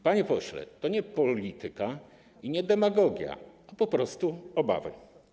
Panie pośle, to nie polityka i nie demagogia, to po prostu obawy.